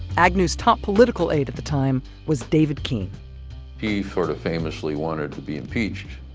agnew's top political aide at the time was david keene he sort of famously wanted to be impeached!